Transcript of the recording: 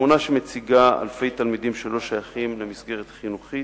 התמונה שמציגה אלפי תלמידים שלא שייכים למסגרת חינוכית,